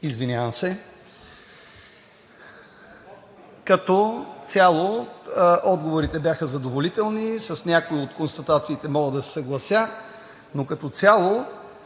Извинявам се! Отговорите бяха задоволителни, с някои от констатациите мога да се съглася, но като цяло